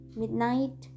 midnight